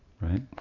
Right